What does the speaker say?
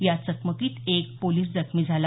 या चकमकीत एक पोलीस जखमी झाला